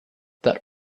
that